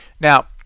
Now